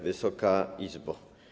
Wysoka Izbo!